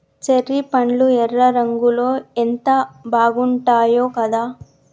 cherry పండ్లు ఎర్ర రంగులో ఎంత బాగుంటాయో కదా